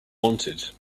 wanted